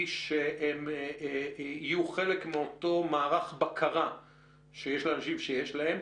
שהם יהיו חלק מאותו מערך בקרה שיש על אנשים שיש להם,